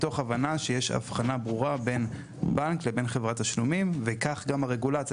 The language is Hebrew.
מתוך הבנה שיש הבחנה ברורה בין בנק לבין חברת תשלומים וכך גם הרגולציה.